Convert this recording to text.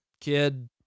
kid